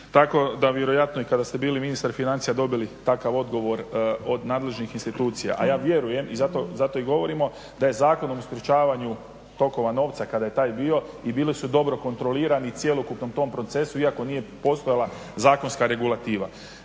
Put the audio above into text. tako da ste vjerojatno i kada ste bili ministar financija dobili takav odgovor od nadležnih institucija, a ja vjerujem i zato i govorimo da je Zakonom o sprečavanju tokova novca kada je taj bio i bili su dobro kontrolirani cjelokupnom tom procesu iako nije postojala zakonska regulativa.